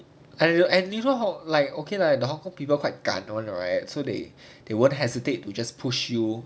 !aiya! anyhow like okay lah the hong kong people quite 赶 [one] right so they they won't hesitate to just push you